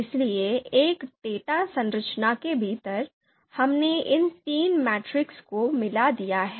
इसलिए एक डेटा संरचना के भीतर हमने इन तीनों मैट्रिक्स को मिला दिया है